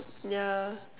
yeah